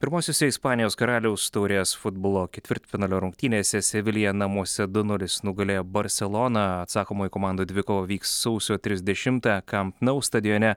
pirmosiose ispanijos karaliaus taurės futbolo ketvirtfinalio rungtynėse sevilija namuose du nulis nugalėjo barseloną atsakomoji komandų dvikova vyks sausio trisdešimtą kamtnou stadione